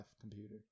computer